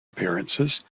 appearances